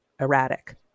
erratic